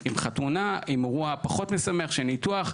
אם חתונה אם אירוע פחות משמח של ניתוח,